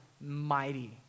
mighty